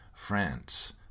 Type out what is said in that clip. France